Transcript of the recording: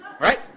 right